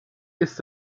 ist